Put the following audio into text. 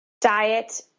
diet